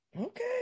Okay